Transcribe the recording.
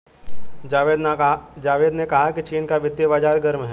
जावेद ने कहा कि चीन का वित्तीय बाजार गर्म है